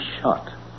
shot